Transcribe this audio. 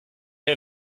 her